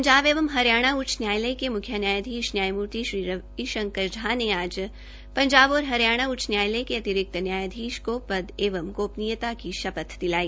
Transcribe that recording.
पंजाब एवं हरियाणा उच्च न्यायालय के मुख्य न्यायाधीश न्यायमूर्ति श्री रवि शंकर झा ने आज पंजाब और हरियाणा उच्च न्यायालय के अतिरिक्त न्यायाधीश को पद एवं गोपनीयता की शपथ दिलाई